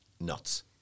nuts